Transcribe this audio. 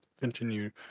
continue